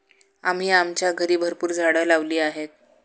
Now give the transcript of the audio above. आम्ही आमच्या घरी भरपूर झाडं लावली आहेत